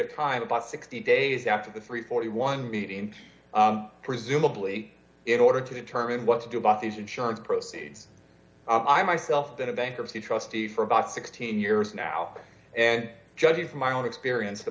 of time about sixty days after the three hundred and forty one meeting presumably in order to determine what to do about these insurance proceeds i myself that a bankruptcy trustee for about sixteen years now and judging from my own experience the